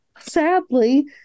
sadly